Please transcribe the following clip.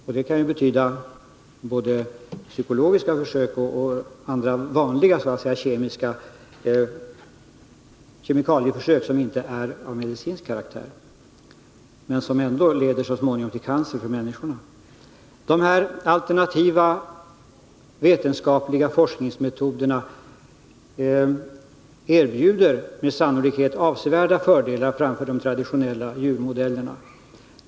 Detta kan betyda både psykologiska försök och vanliga försök med kemikalier som inte är av medicinsk karaktär men som ändå så småningom leder till cancer för människorna. De alternativa vetenskapliga forskningsmetoderna erbjuder med sannolikhet avsevärda fördelar framför de traditionella djurmodellerna.